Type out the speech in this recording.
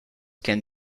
can